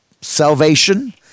salvation